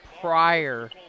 prior